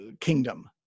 kingdom